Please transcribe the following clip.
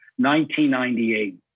1998